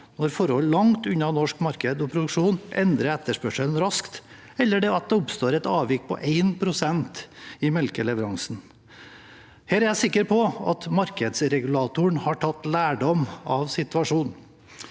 når forhold langt unna norsk marked og produksjon endrer etterspørselen raskt, eller at det oppstår et avvik på 1 pst. i melkeleveransen. Her er jeg sikker på at markedsregulatoren har tatt lærdom av situasjonen.